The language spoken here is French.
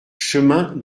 chemin